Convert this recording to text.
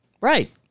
Right